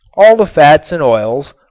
all the fats and oils,